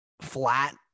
flat